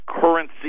currency